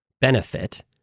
benefit